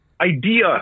idea